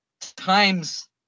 times